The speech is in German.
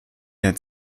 der